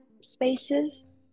spaces